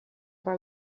per